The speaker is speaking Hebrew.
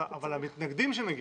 אבל המתנגדים שמגיעים,